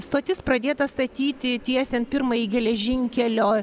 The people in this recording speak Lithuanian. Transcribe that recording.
stotis pradėta statyti tiesiant pirmąjį geležinkelio